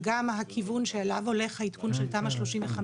וגם הכיוון שאליו הולך העדכון של תמ"א 35,